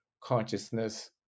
consciousness